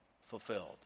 fulfilled